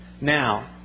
Now